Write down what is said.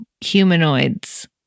humanoids